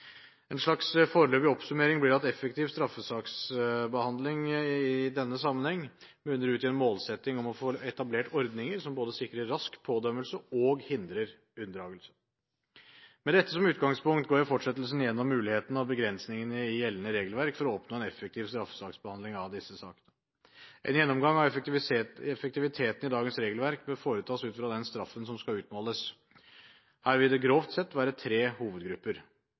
En slags foreløpig oppsummering blir at effektiv straffesaksbehandling i denne sammenheng munner ut i en målsetting om å få etablert ordninger som både sikrer rask pådømmelse og hindrer unndragelse. Med dette som utgangspunkt går jeg i fortsettelsen gjennom mulighetene og begrensningene i gjeldende regelverk for å oppnå en effektiv straffesaksbehandling av disse sakene. En gjennomgang av effektiviteten i dagens regelverk bør foretas ut fra den straffen som skal utmåles. Her vil det grovt sett være tre hovedgrupper.